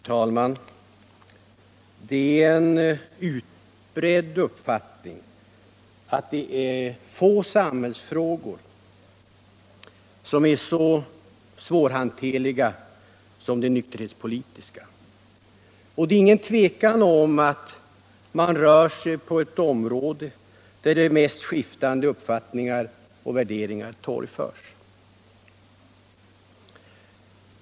Herr talman! Det är en utbredd uppfattning att det är få samhällsfrågor som är så svårhanterliga som de nykterhetspolitiska. Och det är inget tvivel om att man här rör sig på ett område där de mest skiftande uppfattningar och värderingar torgförs.